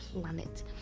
planet